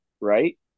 Right